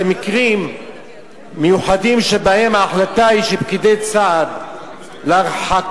במקרים מיוחדים שבהם ההחלטה היא של פקידי סעד להרחקת